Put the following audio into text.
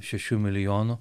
šešių milijonų